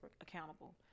accountable